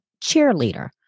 cheerleader